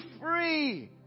free